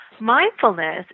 Mindfulness